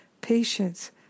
patience